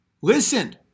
listen